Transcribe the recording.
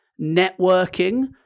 networking